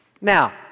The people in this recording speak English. Now